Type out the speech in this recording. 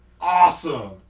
Awesome